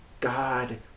God